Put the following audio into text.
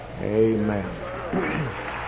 Amen